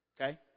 Okay